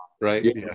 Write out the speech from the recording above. right